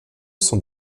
sont